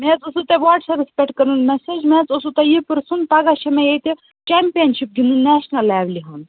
مےٚ حظ ٲسِو تۄہہِ وٹٕس ایٚپس پیٹھ کٔرمٕژ میٚسیج مےٚ حظ اوسوٕ تۄہہِ یہِ پرٕٛوژھُن پگاہ چھےٚ مےٚ ییٚتہِ کیٚمپیٚنشِپ گِنٛدُن نیشنل لیوٕلہِ ہُنٛد